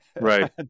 Right